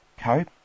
cope